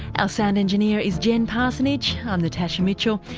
ah sound engineer is jen parsonage, i'm natasha mitchell,